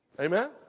Amen